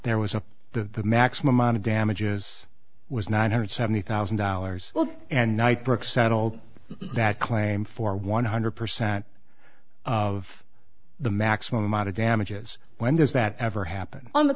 there was a the maximum amount of damages was nine hundred seventy thousand dollars and night brooke settled that claim for one hundred percent of the maximum amount of damages when does that ever happen on the